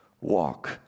walk